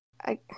I-